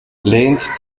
lehnt